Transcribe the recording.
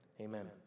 Amen